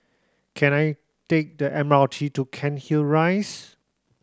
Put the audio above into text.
can I take the M R T to Cairnhill Rise